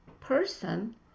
person